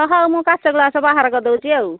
ହଁ ହଉ ମୁଁ କାଚ ଗ୍ଲାସ୍ ବାହାର କରିଦେଉଛି ଆଉ